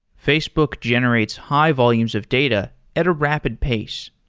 facebook generates high volumes of data at a rapid pace.